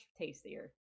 tastier